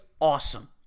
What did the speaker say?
awesome